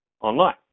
online